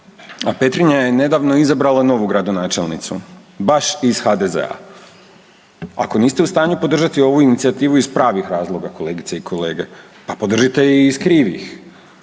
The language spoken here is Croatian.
A Petrinja je nedavno izabrala nedavno novu gradonačelnicu baš iz HDZ-a. Ako niste u stanju podržati ovu inicijativu iz pravih razloga kolegice i kolege pa podržite ih i iz krivih.